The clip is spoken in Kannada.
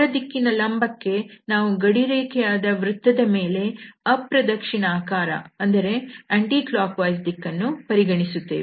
ಹೊರದಿಕ್ಕಿನ ಲಂಬಕ್ಕೆ ನಾವು ಗಡಿರೇಖೆಯಾದ ವೃತ್ತದ ಮೇಲೆ ಅಪ್ರದಕ್ಷಿಣಾಕಾರ ದಿಕ್ಕನ್ನು ಪರಿಗಣಿಸುತ್ತೇವೆ